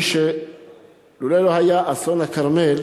אילולא היה אסון הכרמל